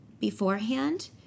beforehand